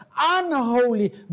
Unholy